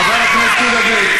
חבר הכנסת יהודה גליק.